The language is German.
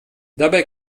dabei